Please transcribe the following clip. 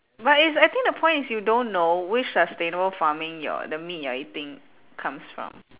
but it's I think the point is you don't know which sustainable farming your the meat you're eating comes from